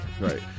Right